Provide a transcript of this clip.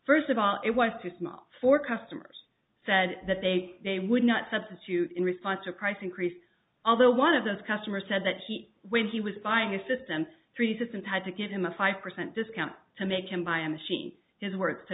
first of all it was too small for customers said that they they would not substitute in response to a price increase although one of those customers said that he when he was buying a system three systems had to give him a five percent discount to make him buy a machine his words to